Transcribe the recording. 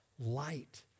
light